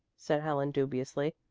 said helen dubiously.